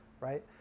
right